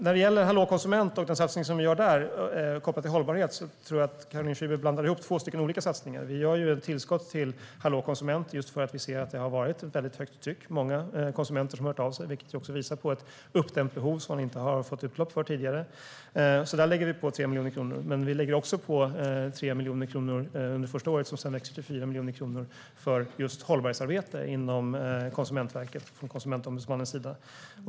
När det gäller Hallå konsument och den satsning som vi gör där kopplat till hållbarhet tror jag att Caroline Szyber blandar ihop två olika satsningar. Vi har ett tillskott till Hallå konsument just för att vi ser att det har varit ett väldigt högt tryck med många konsumenter som har hört av sig, vilket ju också visar på ett uppdämt behov som man inte har fått utlopp för tidigare. Där lägger vi på 3 miljoner kronor. Vi lägger också på 3 miljoner kronor under det första året som sedan växer till 4 miljoner kronor för just hållbarhetsarbete inom Konsumentverket och från Konsumentombudsmannens sida.